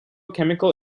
chemical